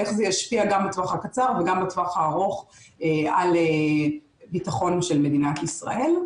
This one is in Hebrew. איך זה ישפיע גם לטווח הקצר וגם לטווח הארוך על הביטחון של מדינת ישראל.